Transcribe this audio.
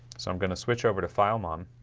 so i'm gonna switch over to file mom